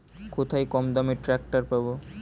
কোথায় কমদামে ট্রাকটার পাব?